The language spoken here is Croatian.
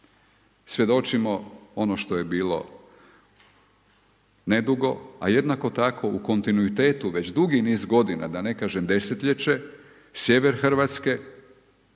svjedočimo ono što je bilo nedugo, a jednako tako u kontinuitetu, već dugi niz godina, da ne kažem desetljeće, sjever Hrvatske,